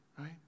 Right